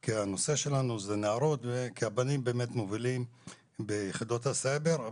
כי הנושא שלנו הוא הנערות והבנים באמת מובילים ביחידות הסייבר,